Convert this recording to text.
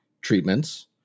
treatments